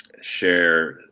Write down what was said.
share